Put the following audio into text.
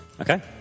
okay